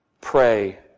Pray